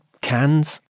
cans